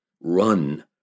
Run